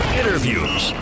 interviews